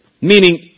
meaning